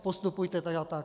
Postupujte tak a tak.